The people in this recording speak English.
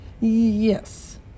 Yes